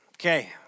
Okay